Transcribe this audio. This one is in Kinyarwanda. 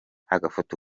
agafoto